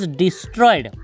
destroyed